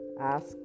ask